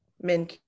men